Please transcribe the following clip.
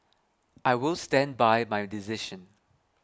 I will stand by my decision